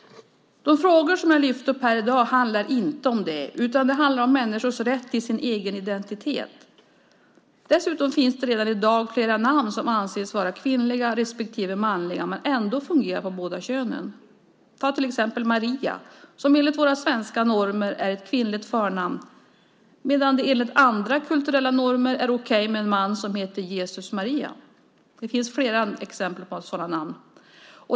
De frågor som jag i dag lyft upp handlar dock inte om det, utan om människors rätt till en egen identitet. Dessutom finns redan i dag flera namn som anses vara kvinnliga respektive manliga men ändå fungerar för båda könen. Ett exempel är Maria, som enligt våra svenska normer är ett kvinnligt förnamn medan det enligt andra kulturella normer är okej med en man som heter Jesus Maria. Det finns fler exempel på sådana namn.